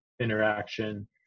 interaction